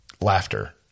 laughter